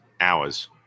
hours